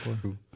True